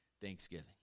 Thanksgiving